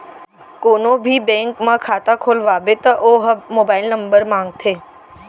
कोनो भी बेंक म खाता खोलवाबे त ओ ह मोबाईल नंबर मांगथे